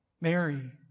Mary